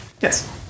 Yes